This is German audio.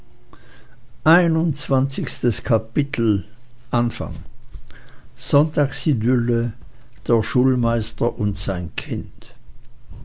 einundzwanzigstes kapitel sonntagsidylle der schulmeister und sein kind